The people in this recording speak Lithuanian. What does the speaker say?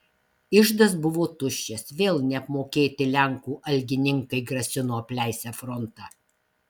iždas buvo tuščias vėl neapmokėti lenkų algininkai grasino apleisią frontą